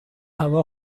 هوا